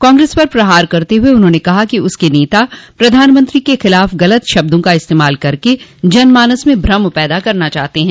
कांग्रेस पर प्रहार करते हुये उन्होंने कहा कि उसके नेता प्रधानमंत्री के खिलाफ़ गलत शब्दों का इस्तेमाल करके जनमानस में भ्रम पैदा करना चाहते हैं